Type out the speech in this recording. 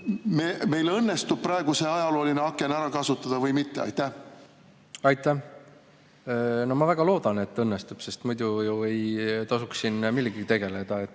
meil õnnestub praegu seda ajaloolist akent ära kasutada või mitte? Aitäh! No ma väga loodan, et õnnestub, sest muidu ju ei tasuks siin millegagi tegeleda.